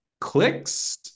clicks